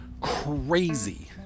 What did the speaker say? crazy